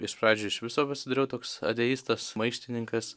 iš pradžių iš viso pasidariau toks ateistas maištininkas